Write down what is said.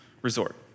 resort